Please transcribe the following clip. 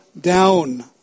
down